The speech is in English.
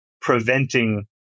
preventing